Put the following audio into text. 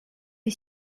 est